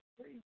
three